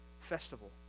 festival